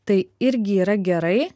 tai irgi yra gerai